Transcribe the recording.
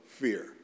fear